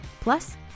Plus